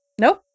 Nope